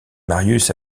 marius